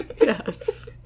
Yes